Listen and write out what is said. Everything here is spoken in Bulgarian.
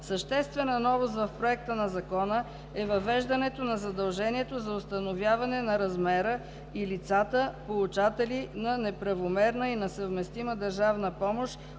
Съществена новост в Законопроекта е въвеждането на задължението за установяване на размера и лицата, получатели на неправомерна и несъвместима държавна помощ,